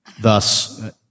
thus